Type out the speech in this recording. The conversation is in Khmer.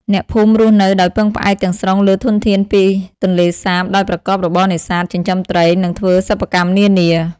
អ្នកភូមិរស់នៅដោយពឹងផ្អែកទាំងស្រុងលើធនធានពីទន្លេសាប ដោយប្រកបរបរនេសាទ ចិញ្ចឹមត្រី និងធ្វើសិប្បកម្មនានា។